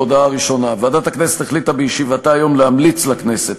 ההודעה הראשונה: ועדת הכנסת החליטה בישיבתה היום להמליץ לכנסת